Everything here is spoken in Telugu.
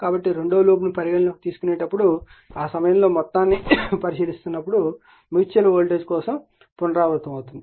కాబట్టి ఈ రెండవ లూప్ను పరిగణనలోకి తీసుకునేటప్పుడు ఆ సమయంలో మొత్తాన్ని పరిశీలిస్తున్నప్పుడు మ్యూచువల్ వోల్టేజ్ కోసం పునరావృతం అవుతుంది